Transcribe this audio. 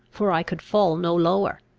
for i could fall no lower.